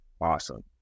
awesome